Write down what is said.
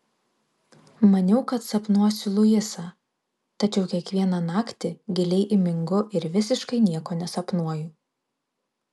maniau kad sapnuosiu luisą tačiau kiekvieną naktį giliai įmingu ir visiškai nieko nesapnuoju